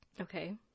Okay